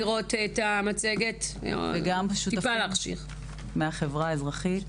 וגם שותפים מהחברה האזרחית,